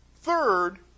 Third